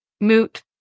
moot